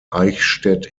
eichstätt